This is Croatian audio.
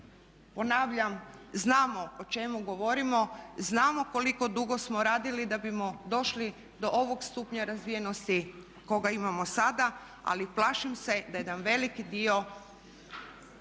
ponavljam, znamo o čemu govorimo, znamo koliko dugo smo radili da bismo došli do ovog stupnja razvijenosti kojega imamo sada, ali plašim se da jedan veliki dio